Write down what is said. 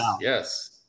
Yes